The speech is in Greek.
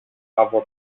από